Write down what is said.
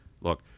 Look